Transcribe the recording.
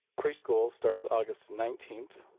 preschool starts august nineteen,